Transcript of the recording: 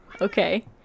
Okay